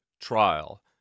trial